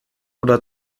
oder